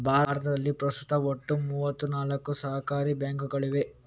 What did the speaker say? ಭಾರತದಲ್ಲಿ ಪ್ರಸ್ತುತ ಒಟ್ಟು ಮೂವತ್ತ ನಾಲ್ಕು ಸಹಕಾರಿ ಬ್ಯಾಂಕುಗಳಿವೆ